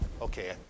Okay